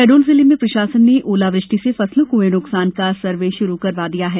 शहडोल जिले में प्रशासन ने ओलावृष्टि से फसलों को हुए नुकसान का सर्वे शुरू करवा दिया है